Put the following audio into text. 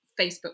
Facebook